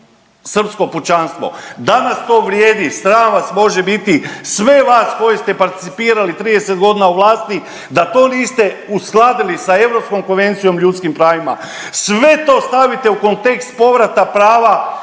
srpsko pučanstvo. Danas to vrijedi. Sram vas može biti sve vas koji ste participirali 30 godina u vlasti da to niste uskladili sa Europskom konvencijom o ljudskim pravima. Sve to stavite u kontekst povrata prava